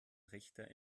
richter